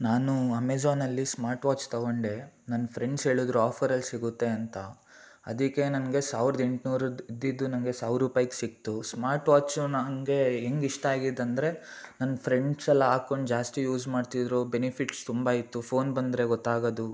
ನಾನು ಅಮೇಝಾನಲ್ಲಿ smart watch ತೊಗೊಂಡೆ ನನ್ನ ಫ್ರೆಂಡ್ಸ್ ಹೇಳಿದ್ರು ಆಫರಲ್ಲಿ ಸಿಗುತ್ತೆ ಅಂತ ಅದಕ್ಕೆ ನನಗೆ ಸಾವಿರದ ಎಂಟ್ನೂರು ಇದ್ದಿದ್ದು ನನಗೆ ಸಾವಿರ ರೂಪಾಯ್ಗೆ ಸಿಗ್ತು ಸ್ಮಾರ್ಟ್ ವಾಚ್ ನನಗೆ ಹೆಂಗ್ ಇಷ್ಟ ಆಗಿದ್ದಂದರೆ ನನ್ನ ಫ್ರೆಂಡ್ಸೆಲ್ಲ ಹಾಕ್ಕೊಂಡ್ ಜಾಸ್ತಿ ಯೂಸ್ ಮಾಡ್ತಿದ್ದರು ಬೆನಿಫಿಟ್ಸ್ ತುಂಬ ಇತ್ತು ಫೋನ್ ಬಂದರೆ ಗೊತ್ತಾಗೋದು